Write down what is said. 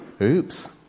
Oops